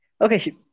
Okay